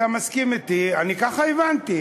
אתה מסכים אתי, אני ככה הבנתי.